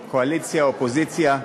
קואליציה, אופוזיציה,